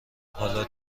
حالا